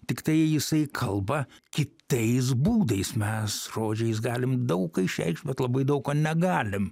tiktai jisai kalba kitais būdais mes žodžiais galim daug ką išreikšt bet labai daug ko negalim